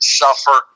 suffer